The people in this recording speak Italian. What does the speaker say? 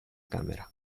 camera